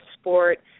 sport